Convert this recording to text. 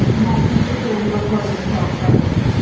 national security reporter, michelle shephard.